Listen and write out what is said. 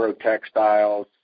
Textiles